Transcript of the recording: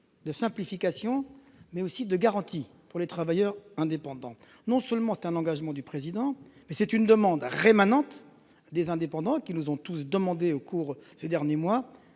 de simplification et de garanties pour les travailleurs indépendants. Non seulement c'est un engagement du Président, mais c'est aussi une demande persistante des indépendants, qui nous ont tous demandé au cours de ces derniers mois